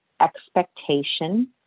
expectation